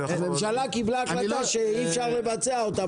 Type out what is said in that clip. הממשלה קיבלה החלטה, שאי אפשר לבצע אותה.